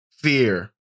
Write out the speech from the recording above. Fear